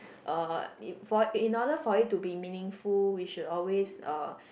uh if for in order for it to be meaningful we should always uh